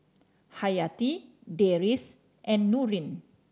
Hayati Deris and Nurin